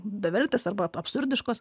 bevertės arba absurdiškos